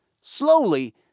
Slowly